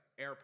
AirPods